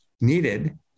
needed